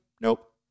Nope